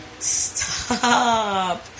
Stop